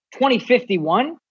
2051